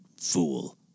fool